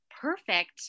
perfect